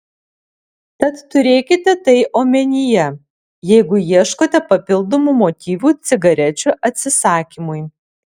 tad turėkite tai omenyje jeigu ieškote papildomų motyvų cigarečių atsisakymui